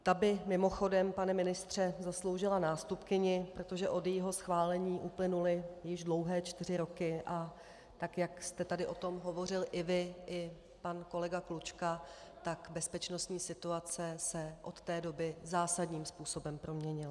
Ta by mimochodem, pane ministře, zasloužila nástupkyni, protože od jejího schválení uplynuly již dlouhé čtyři roky, a tak jak jste tady o tom hovořil vy i pan kolega Klučka, tak bezpečnostní situace se od té doby zásadním způsobem proměnila.